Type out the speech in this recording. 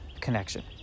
connection